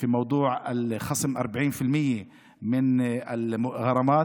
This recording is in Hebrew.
זו בשורה לכל אנשינו וכמובן,